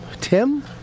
Tim